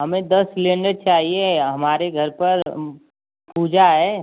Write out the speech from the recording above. हमें दस सिलेंडर चाहिए हमारे घर पर पूजा है